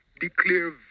declare